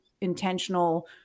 intentional